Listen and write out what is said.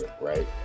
right